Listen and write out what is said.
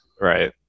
right